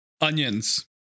onions